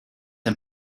ein